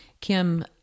Kim